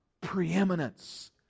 preeminence